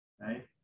Right